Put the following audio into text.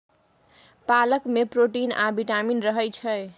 पालक मे प्रोटीन आ बिटामिन रहय छै